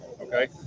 okay